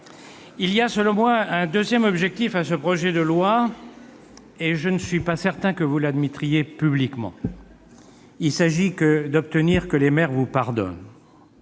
répond selon moi à un deuxième objectif, mais je ne suis pas certain que vous l'admettriez publiquement. Il s'agit d'obtenir que les maires vous pardonnent.